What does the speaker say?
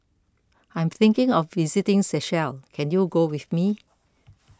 I am thinking of visiting Seychelles can you go with me